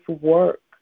work